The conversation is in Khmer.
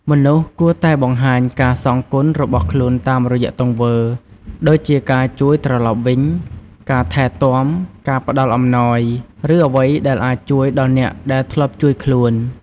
មនុស្សគួរតែបង្ហាញការសងគុណរបស់ខ្លួនតាមរយៈទង្វើ ដូចជាការជួយត្រឡប់វិញ ការថែទាំ ការផ្តល់អំណោយ ឬអ្វីដែលអាចជួយដល់អ្នកដែលធ្លាប់ជួយខ្លួន។